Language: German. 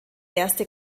erste